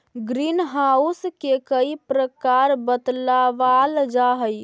green house के कई प्रकार बतलावाल जा हई